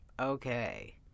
Okay